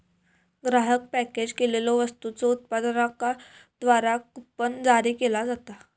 ग्राहक पॅकेज केलेल्यो वस्तूंच्यो उत्पादकांद्वारा कूपन जारी केला जाता